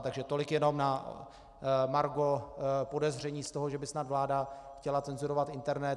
Takže tolik jenom na margo podezření z toho, že by snad vláda chtěla cenzurovat internet.